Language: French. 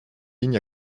lignes